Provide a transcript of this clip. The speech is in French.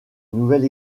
nouvelle